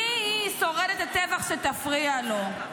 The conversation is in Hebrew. מי היא, שורדת הטבח, שתפריע לו?